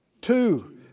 Two